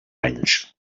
anys